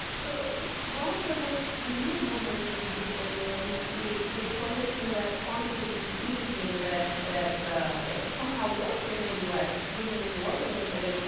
so one of the most revealing moments of the book for me was the the explanation that quantitative easing, that that somehow worked in the us, didn't really work in italy.